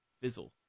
fizzle